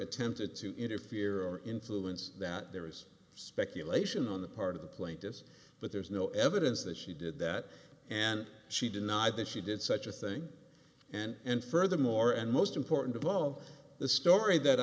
attempted to interfere or influence that there is speculation on the part of the plaintiffs but there's no evidence that she did that and she denied that she did such a thing and furthermore and most important of all the story that